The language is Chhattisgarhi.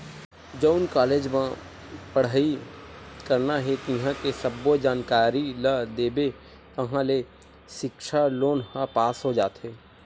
जउन कॉलेज म पड़हई करना हे तिंहा के सब्बो जानकारी ल देबे ताहाँले सिक्छा लोन ह पास हो जाथे